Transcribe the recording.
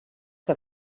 que